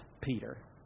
Peter